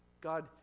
God